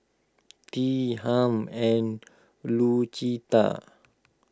Tea Hamp and Lucetta